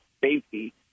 safety